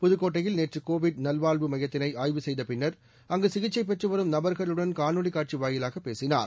புதுக்கோட்டையில் நேற்று கோவிட் நல்வாழ்வு மையத்தினை ஆய்வு செய்த பின்னர் அங்கு சிகிச்சை பெற்றுவரும் நபர்களுடன் காணொலி காட்சி வாயிலாக பேசினார்